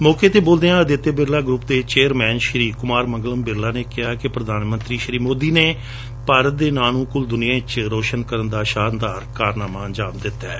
ਸੌਕੇ ਤੇ ਬੋਲਦਿਆਂ ਆਦਿਤਿਆ ਬਿਰਲਾ ਗਰੁੱਪ ਦੇ ਚੇਅਰਮੈਨ ਸ੍ਰੀ ਕੁਮਾਰ ਮੰਗਲਮ ਬਿਰਲਾ ਨੇ ਕਿਹਾ ਕਿ ਪ੍ਰਧਾਨਮੰਤਰੀ ਸ੍ਰੀ ਮੋਦੀ ਨੇ ਭਾਰਤ ਦੇ ਨਾਂ ਨੂੰ ਕੁਲ ਦੁਨੀਆ ਵਿੱਚ ਰੋਸ਼ਨ ਕਰਣ ਦਾ ਸ਼ਾਨਦਾਰ ਕੰਮ ਅੰਜਾਮ ਦਿੱਤੈ